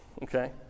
Okay